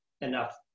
enough